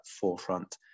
forefront